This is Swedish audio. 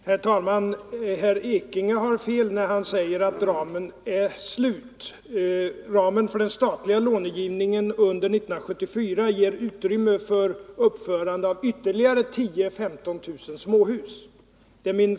Herr talman! För det första har herr Ekinge fel när han säger att ramen är fylld. Ramen för den statliga långivningen under 1974 ger utrymme för uppförande av ytterligare 10 000-15 000 småhus.